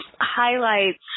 highlights